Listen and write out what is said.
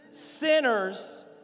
sinners